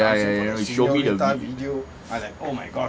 ya ya ya you show me the video